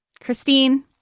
Christine